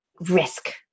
risk